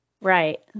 Right